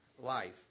life